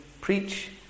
preach